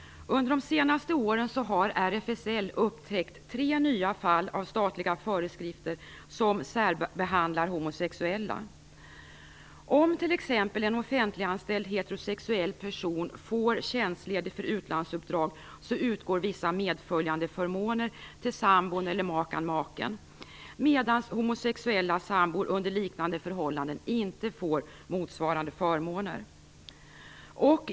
Under de senaste åren har RFSL upptäckt tre nya fall av statliga föreskrifter som särbehandlar homosexuella. Om t.ex. en offentliganställd heterosexuell person är tjänstledig för utlandsuppdrag utgår vissa medföljandeförmåner till sambon, makan eller maken, medan homosexuella sambor under liknande förhållanden inte får motsvarande förmåner.